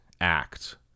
act